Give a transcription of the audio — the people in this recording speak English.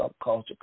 subculture